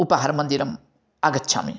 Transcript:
उपहारमन्दिरम् आगच्छामि